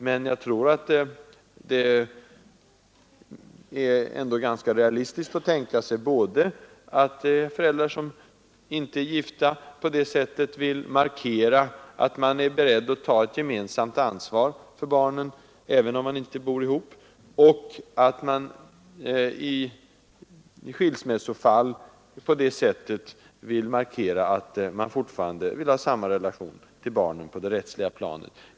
Men jag tror att det ändå är realistiskt att tänka sig både att föräldrar, som inte är gifta, på det sättet vill markera att de är beredda att ta ett gemensamt ansvar för barnen, även om de inte bor ihop, och att föräldrar i skilsmässofall fortfarande kan vilja ha samma relation till barnen på det rättsliga planet.